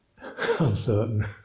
uncertain